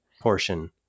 portion